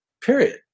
period